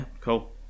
cool